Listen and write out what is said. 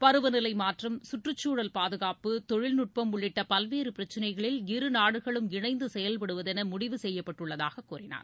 பருவநிலை மாற்றம் கற்றுச்சூழல் பாதுகாப்பு தொழில்நுட்பம் உள்ளிட்ட பல்வேறு பிரச்சனைகளில் இருநாடுகளும் இணைந்து செயல்படுவதென முடிவு செய்துள்ளதாக கூறினார்